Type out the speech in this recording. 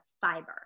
fiber